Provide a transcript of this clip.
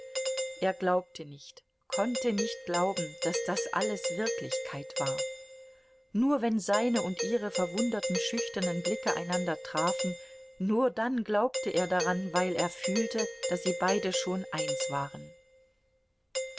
er glaubte nicht konnte nicht glauben daß das alles wirklichkeit war nur wenn seine und ihre verwunderten schüchternen blicke einander trafen nur dann glaubte er daran weil er fühlte daß sie beide schon eins waren